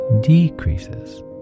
decreases